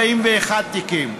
41 תיקים.